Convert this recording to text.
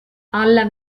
alla